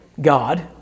God